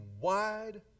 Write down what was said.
wide